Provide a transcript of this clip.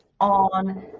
on